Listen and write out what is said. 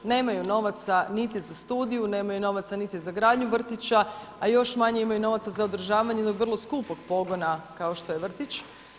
Nemaju novaca niti za studiju, nemaju novaca niti za gradnju vrtića, a još manje imaju novaca za održavanje jednog vrlo skupog pogona kao što je vrtić.